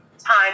time